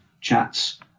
chats